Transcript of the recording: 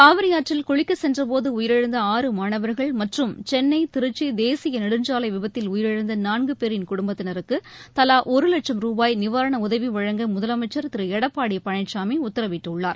காவிரி ஆற்றில் குளிக்கச் சென்றபோது உயிரிழந்த ஆறு மாணவர்கள் மற்றும் சென்னை திருச்சி தேசிய நெடுஞ்சாலை விபத்தில் உயிரிழந்த நான்கு பேரின் குடும்பத்தினருக்கு தலா ஒரு வட்சும் ரூபாய் நிவாரண உதவி வழங்க முதலமைச்சர் திரு எடப்பாடி பழனிசாமி உத்தரவிட்டுள்ளார்